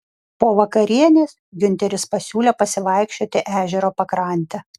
po vakarienės giunteris pasiūlė pasivaikščioti ežero pakrante